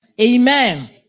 Amen